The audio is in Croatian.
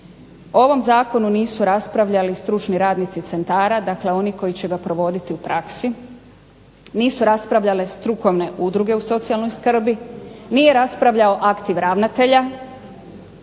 ovom zakonu nisu raspravljali stručni radnici centara, dakle oni koji će ga provoditi u praksi, nisu raspravljale strukovne udruge u socijalnoj skrbi, nije raspravljao aktiv ravnatelja